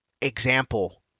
example